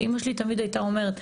אמא שלי תמיד הייתה אומרת,